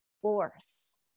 force